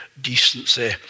decency